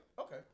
Okay